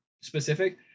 specific